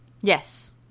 Yes